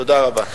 תודה רבה.